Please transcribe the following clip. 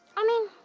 i mean,